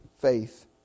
faith